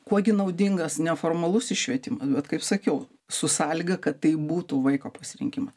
kuo gi naudingas neformalusis švietimas vat kaip sakiau su sąlyga kad tai būtų vaiko pasirinkimas